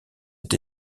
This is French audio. est